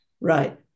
Right